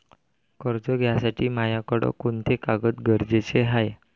कर्ज घ्यासाठी मायाकडं कोंते कागद गरजेचे हाय?